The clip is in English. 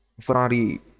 Ferrari